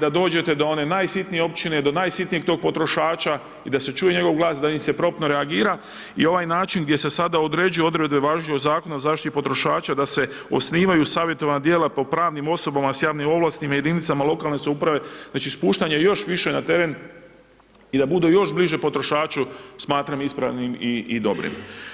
da dođete do one najsitnije općine, do najsitnijeg tog potrošača i da se čuje njegov glas, da im se promptno reagira i ova način gdje se sada određuju odredbe važećeg Zakon o zaštiti potrošača da se osnivaju savjetodavna tijela po pravnim osobama s javnim ovlastima, jedinica lokalne samouprave, znači spuštanje još više na teren i da budu još bliže potrošaču, smatram ispravnim i dobrim.